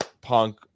Punk